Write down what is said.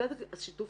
חזקת השיתוף